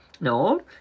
No